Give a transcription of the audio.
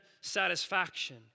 satisfaction